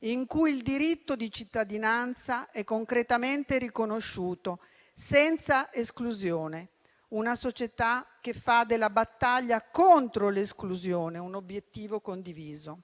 In cui il diritto di cittadinanza è concretamente riconosciuto senza esclusione? Una società che fa della battaglia contro l'esclusione un obiettivo condiviso?